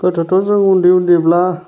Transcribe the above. गोदोथ' जों उन्दै उन्दैब्ला